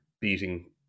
beating